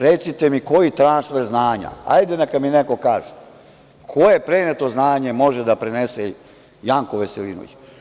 Recite mi, koji transfer znanja, hajde neka mi neko kaže, koje preneto znanje može da prenese Janko Veselinović?